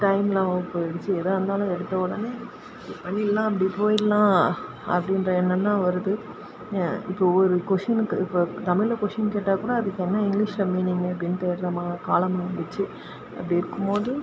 time இல்லாமல் போய்டுச்சு எதாக இருந்தாலும் எடுத்த உடனே பண்ணிடலாம் அப்படி போய்டலாம் அப்படின்ற எண்ணம் தான் வருது இப்போ ஒரு கொஷினுக்கு இப்போ தமிழில் கொஷின் கேட்டால் கூட அதுக்கு என்ன இங்க்லீஷில் மீனிங்கு அப்படின் தேடுகிறோமா காலம் மாறிடுச்சு அப்படி இருக்குமோது